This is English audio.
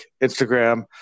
Instagram